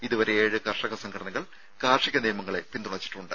ഇതുവരെ ഏഴ് കർഷക സംഘടനകൾ കാർഷിക നിയമങ്ങളെ പിന്തുണച്ചിട്ടുണ്ട്